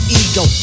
ego